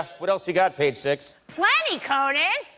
what else ya got page six? plenty conan!